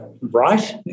right